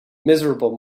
miserable